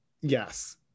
yes